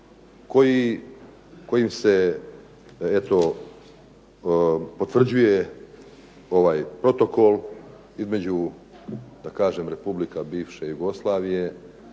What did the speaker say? kojim se eto potvrđuje ovaj protokol između da kažem republika bivše Jugoslavije